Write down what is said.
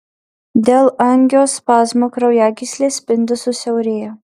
dėl angiospazmo kraujagyslės spindis susiaurėja